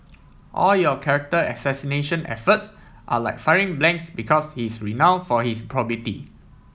all your character assassination efforts are like firing blanks because he is renown for his probity